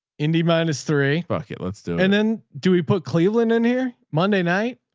indie minus three bucket. let's do. and then do we put cleveland in here monday night?